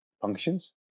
functions